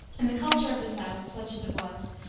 and the culture of the south, such as it was,